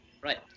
Right